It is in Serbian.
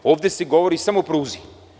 Ovde se govori samo o pruzi.